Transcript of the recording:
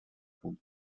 بود